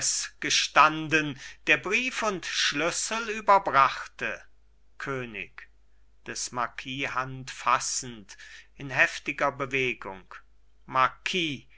gestanden der brief und schlüssel überbrachte könig des marquis hand fassend in heftiger bewegung